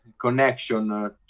connection